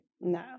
No